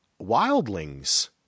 wildlings